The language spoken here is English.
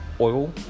oil